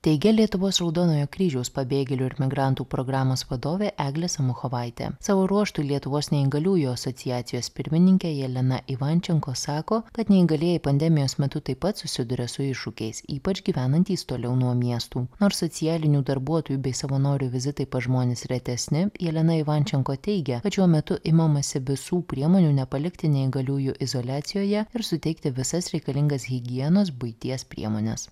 teigė lietuvos raudonojo kryžiaus pabėgėlių ir migrantų programos vadovė eglė samuchovaitė savo ruožtu lietuvos neįgaliųjų asociacijos pirmininkė jelena ivančenko sako kad neįgalieji pandemijos metu taip pat susiduria su iššūkiais ypač gyvenantys toliau nuo miestų nors socialinių darbuotojų bei savanorių vizitai pas žmones retesni jelena ivančenko teigia kad šiuo metu imamasi visų priemonių nepalikti neįgaliųjų izoliacijoje ir suteikti visas reikalingas higienos buities priemones